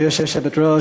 גברתי היושבת-ראש,